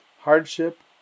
hardship